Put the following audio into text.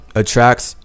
attracts